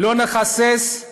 לא נקצץ,